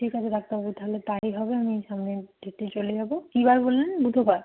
ঠিক আছে ডাক্তারবাবু তাহলে তাই হবে আমি সামনে ডেটে চলে যাব কী বার বললেন বুধবার